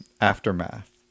Aftermath